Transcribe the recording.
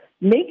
make